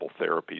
therapies